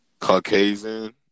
Caucasian